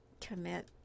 commit